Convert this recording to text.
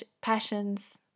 passions